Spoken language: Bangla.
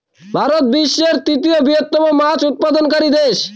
ভারত বিশ্বের তৃতীয় বৃহত্তম মাছ উৎপাদনকারী দেশ